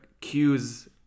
cues